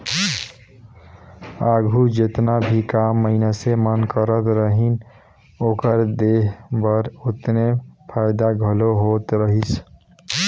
आघु जेतना भी काम मइनसे मन करत रहिन, ओकर देह बर ओतने फएदा घलो होत रहिस